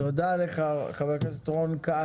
תודה לך חבר הכנסת רון כץ.